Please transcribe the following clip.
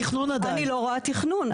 אני לא רואה תכנון,